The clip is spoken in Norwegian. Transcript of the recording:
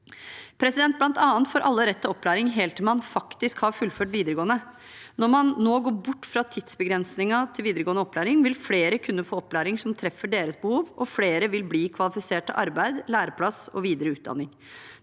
Blant annet får alle rett til opplæring helt til man faktisk har fullført videregående. Når man nå går bort fra tidsbegrensningen til videregående opplæring, vil flere kunne få opplæring som treffer deres behov, og flere vil bli kvalifisert til arbeid, læreplass og videre utdanning.